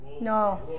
no